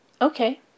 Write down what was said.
Okay